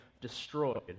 destroyed